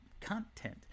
Content